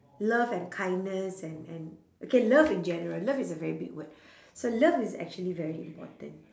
love and kindness and and okay love in general love is a very big word so love is actually very important